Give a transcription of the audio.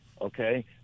okay